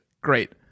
Great